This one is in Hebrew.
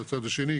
לצד השני,